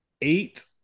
eight